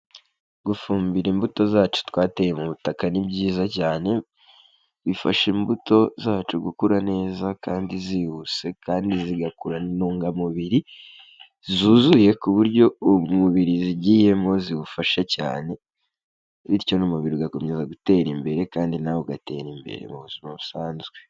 Gufumbira imbuto zacu twateye mu butaka ni byiza cyane, bifasha imbuto zacu gukura neza kandi zihuse, kandi zigakurana intungamubiri zuzuye, ku buryo umubiri zigiyemo ziwufasha cyane, bityo n'umubiri ugakomeza gutera imbere, kandi nawe ugatera imbere mu buzima busanzwe.